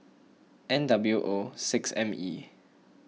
N W O six M E